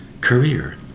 Career